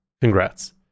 congrats